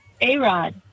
A-Rod